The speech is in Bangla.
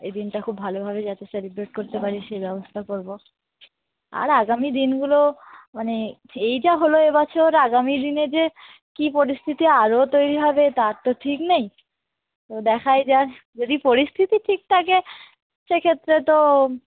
এই দিনটা খুব ভালোভাবে যাতে সেলিব্রেট করতে পারি সে ব্যবস্থা করবো আর আগামী দিনগুলো মানে এই যা হলো এ বছর আগামী দিনে যে কী পরিস্থিতি আরো তৈরি হবে তার তো ঠিক নেই তো দেখাই যাক যদি পরিস্থিতি ঠিক থাকে সে ক্ষেত্রে তো